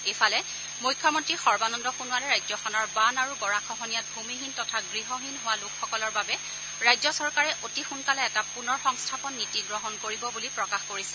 ইফালে মুখ্যমন্ত্ৰী সৰ্বানন্দ সোণোৱালে ৰাজ্যখনৰ বান আৰু গৰাখহনীয়াত ভূমিহীন তথা গৃহহীন হোৱা লোকসকলৰ বাবে ৰাজ্য চৰকাৰে অতি সোনকালে এটা পুনৰ সংস্থাপন নীতি গ্ৰহণ কৰিব বুলি প্ৰকাশ কৰিছে